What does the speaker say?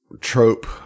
trope